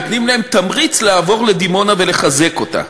נותנים להם תמריץ לעבור לדימונה ולחזק אותה,